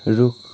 रुख